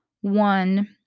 one